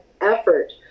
effort